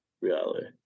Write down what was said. reality